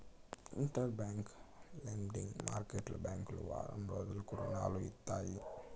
inter bank lending market బ్యాంకులు వారం రోజులకు రుణాలు ఇస్తాయి